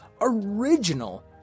original